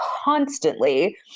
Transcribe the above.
constantly